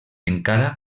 encara